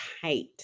tight